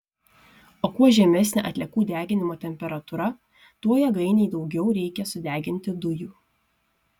o kuo žemesnė atliekų deginimo temperatūra tuo jėgainei daugiau reikia sudeginti dujų